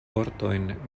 vortojn